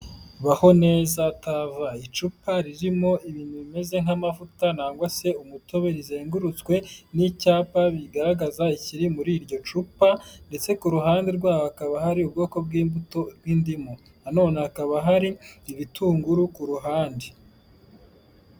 Baho neza tv; icupa ririmo ibintu bimeze nk'amavuta nangwa se umutobe, rizengurutswe n'icyapa bigaragaza ikiri muri iryo cupa, ndetse ku ruhande rwaho hakaba hari ubwoko bw'imbuto bw'indimu. Na none hakaba hari ibitunguru ku ruhande.